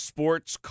Sports